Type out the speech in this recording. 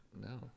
No